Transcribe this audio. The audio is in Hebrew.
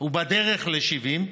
הוא בדרך ל-70,